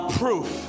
proof